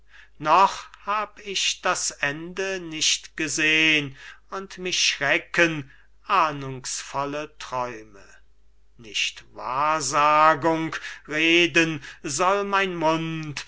noch hab ich das ende nicht gesehn und mich schrecken ahnungsvolle träume nicht wahrsagung reden soll mein mund